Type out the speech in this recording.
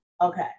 okay